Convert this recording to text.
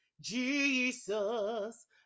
jesus